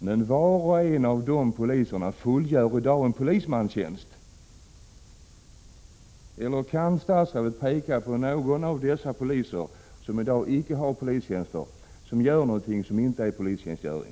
Men var och en av de poliserna fullgör i dag en polismans arbete. Eller kan statsrådet peka på någon av dessa poliser, vilka i dag inte har polistjänst, som utför något arbete som inte är polistjänstgöring?